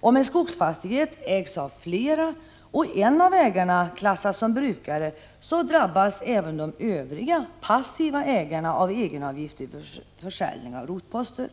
Om en skogsfastighet ägs av flera och en av ägarna klassas som brukare, så drabbas även de övriga, passiva ägarna av egenavgifter vid försäljning av rotposter.